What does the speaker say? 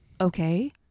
Okay